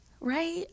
right